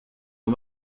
aux